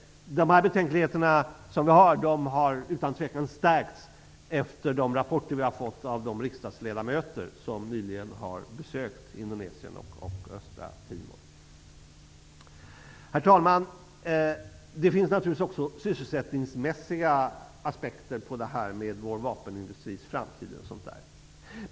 Våra betänkligheter har utan tvivel stärkts efter de rapporter vi har fått av de riksdagsledamöter som nyligen har besökt Herr talman! Det finns naturligtvis också sysselsättningsmässiga aspekter på frågan om vår vapenindustris framtid.